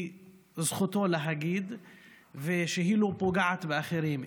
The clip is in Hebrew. זכותו להגיד ושהיא לא פוגעת באחרים,